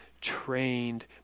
trained